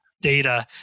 data